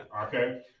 Okay